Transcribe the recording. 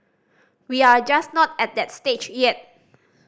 we are just not at that stage yet